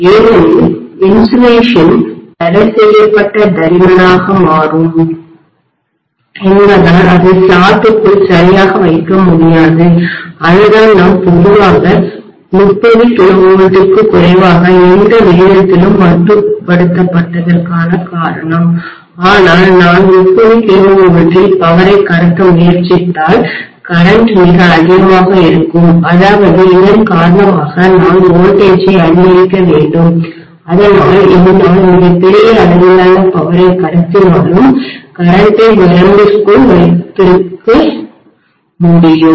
ஏனெனில் இன்சுலேஷன் தடைசெய்யப்பட்ட தடிமனாக மாறும் என்பதால் அதை ஸ்லாட்டுகளுக்குள் சரியாக வைக்க முடியாது அதுதான் நாம் பொதுவாக 30 KV க்கு குறைவாக எந்த விகிதத்திலும் மட்டுப்படுத்தப்பட்டதற்கான காரணம் ஆனால் நான் 30 KV இல் பவரை கடத்த முயற்சித்தால் மின்னோட்டம் கரண்ட்மிக அதிகமாக இருக்கும் அதாவது இதன் காரணமாக நான் மின்னழுத்தத்தைவோல்டேஜ் ஐ அதிகரிக்க வேண்டும் அதனால் என்னால் மிகப் பெரிய அளவிலான பவரைக் கடத்தினாலும் மின்னோட்டத்தைகரண்ட்டை வரம்பிற்குள் வைத்திருக்க முடியும்